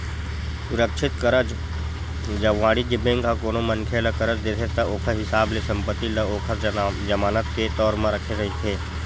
सुरक्छित करज, जब वाणिज्य बेंक ह कोनो मनखे ल करज देथे ता ओखर हिसाब ले संपत्ति ल ओखर जमानत के तौर म रखे रहिथे